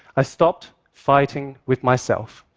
i stopped fighting with myself,